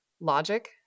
logic